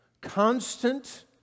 constant